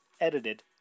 edited